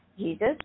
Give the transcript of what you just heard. Jesus